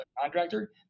contractor